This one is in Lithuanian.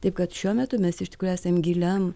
taip kad šiuo metu mes iš tikrųjų esam giliam